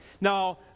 Now